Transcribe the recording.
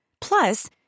Plus